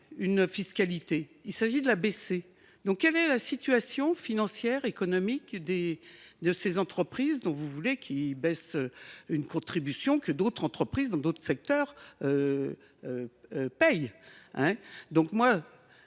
une fiscalité : il s’agit de la baisser. Quelle est donc la situation financière et économique de ces entreprises dont vous voulez baisser la contribution, que d’autres entreprises, dans d’autres secteurs, paient ?